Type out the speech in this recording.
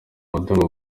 umutungo